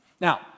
Now